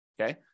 okay